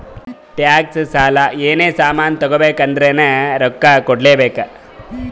tax, ಸಾಲ, ಏನೇ ಸಾಮಾನ್ ತಗೋಬೇಕ ಅಂದುರ್ನು ರೊಕ್ಕಾ ಕೂಡ್ಲೇ ಬೇಕ್